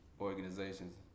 organizations